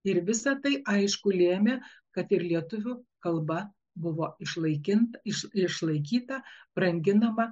ir visa tai aišku lėmė kad ir lietuvių kalba buvo išnaikinti iš išlaikyta branginama